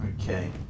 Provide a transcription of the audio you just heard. Okay